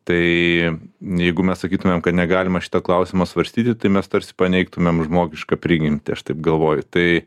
tai jeigu mes sakytumėm kad negalima šito klausimo svarstyti tai mes tarsi paneigtumėm žmogišką prigimtį aš taip galvoju tai